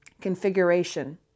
configuration